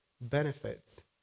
benefits